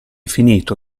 finito